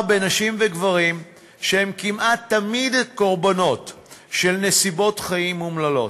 בנשים וגברים שהם כמעט תמיד קורבנות של נסיבות חיים אומללות,